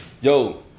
Yo